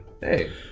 Hey